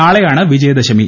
നാളെയാണ് വിജയദശമി